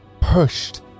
Pushed